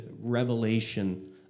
revelation